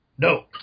No